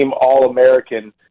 All-American